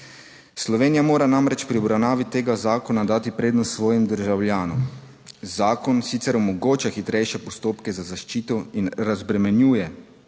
Slovenija mora namreč pri obravnavi tega zakona dati prednost svojim državljanom. Zakon sicer omogoča hitrejše postopke za zaščito in razbremenjuje